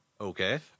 Okay